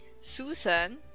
Susan